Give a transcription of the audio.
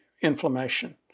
inflammation